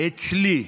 אצלי,